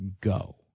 go